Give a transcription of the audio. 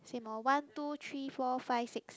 same lor one two three four five six